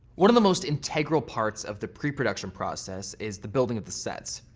one of the most integral parts of the pre-production process is the building of the sets.